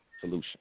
solution